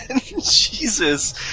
Jesus